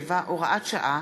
47, הוראת שעה),